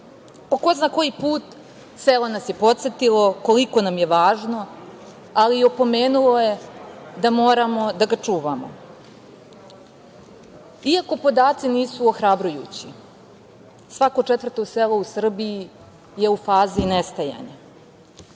ko zna koji put selo nas je podsetilo koliko nam je važno, ali i opomenulo je da moramo da ga čuvamo. Iako podaci nisu ohrabrujući, svako četvrto selo u Srbiji je u fazi nestajanja.